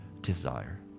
desire